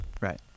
Right